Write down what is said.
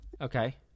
Okay